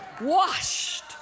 Washed